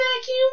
Vacuum